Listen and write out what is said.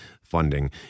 funding